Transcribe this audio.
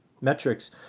metrics